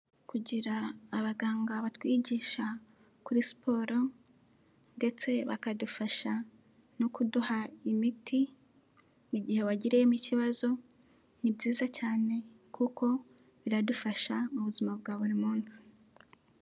Kugira abaganga batwigisha kuri siporo ndetse bakadufasha no kuduha imiti igihe wagiriyemo ikibazo, ni byiza cyane kuko biradufasha mu buzima bwa buri munsi.